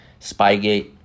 Spygate